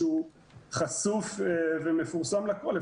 שהוא חשוף ומפורסם לכול,